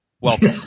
Welcome